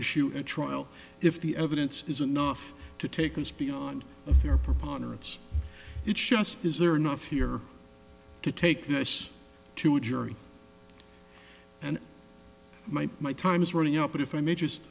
issue at trial if the evidence is enough to take us beyond a fair partner it's it shows is there enough here to take this to a jury and my my time is running out but if i may just